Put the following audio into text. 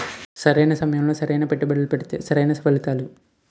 సరైన సమయంలో సరైన పెట్టుబడి పెడితే సరైన ఫలితాలు